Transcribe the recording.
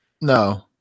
No